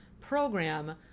program